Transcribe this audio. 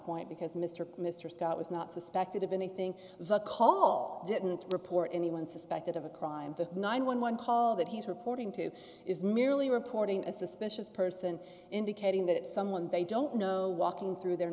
point because mr mr scott was not suspected of anything but the call didn't report anyone suspected of a crime to nine hundred and eleven call that he's reporting to is merely reporting a suspicious person indicating that someone they don't know walking through their